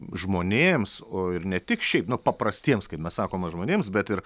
žmonėms o ir ne tik šiaip paprastiems kaip mes sakome žmonėms bet ir